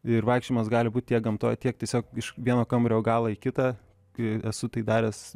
ir vaikščiojimas gali būt tiek gamtoje tiek tiesiog iš vieno kambario galo į kitą kai esu tai daręs